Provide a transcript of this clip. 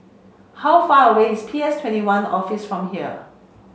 how far away is P S Twenty one Office from here